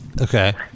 okay